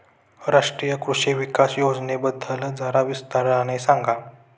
राष्ट्रीय कृषि विकास योजनेबद्दल जरा विस्ताराने सांगा